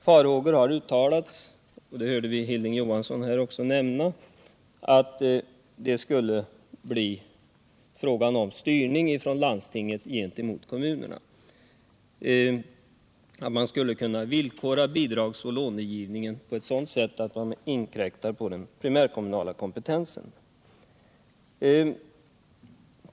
Farhågor har uttalats — det hörde vi Hilding Johansson här också nämna — att det skulle bli fråga om styrning från landstinget gentemot kommunerna, att man skulle villkora bidragsoch långivningen på ett sådant sätt att man inkräktar på den primärkommunala kompetensen.